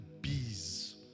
bees